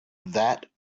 that